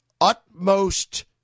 utmost